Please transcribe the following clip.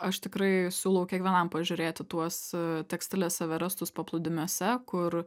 aš tikrai siūlau kiekvienam pažiūrėti tuos tekstilės everestus paplūdimiuose kur